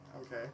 okay